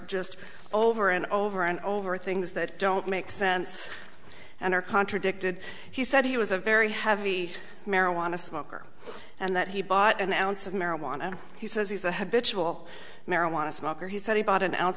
just over and over and over things that don't make sense and are contradicted he said he was a very heavy marijuana smoker and that he bought an ounce of marijuana and he says he's a habitual marijuana smoker he said he bought an ounce